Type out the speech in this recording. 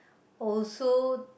also